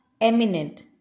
Eminent